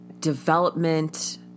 development